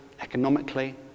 economically